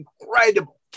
incredible